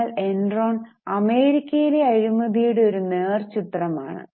എന്നാൽ എൻറോൺ അമേരിക്കയിലെ അഴിമതിയുടെ ഒരു നേർ ചിത്രം ആണ്